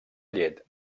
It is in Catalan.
llet